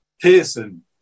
Pearson